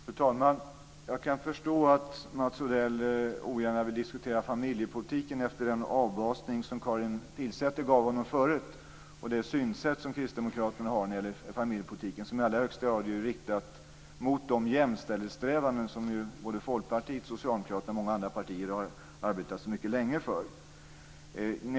Fru talman! Jag kan förstå att Mats Odell ogärna vill diskutera familjepolitiken efter den avbasning som Karin Pilsäter gav honom förut. Det synsätt som Kristdemokraterna har när det gäller familjepolitiken är i allra högsta grad riktat mot de jämställdhetssträvanden som Folkpartiet, Socialdemokraterna och många andra partier har arbetat mycket länge för.